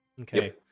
Okay